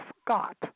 Scott